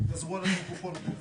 גזרו עליכם קופון.